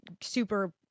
super